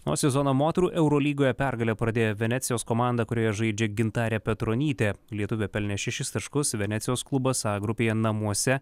o sezoną moterų eurolygoje pergale pradėjo venecijos komanda kurioje žaidžia gintarė petronytė lietuvė pelnė šešis taškus venecijos klubas a grupėje namuose